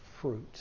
fruit